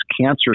cancer